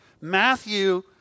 Matthew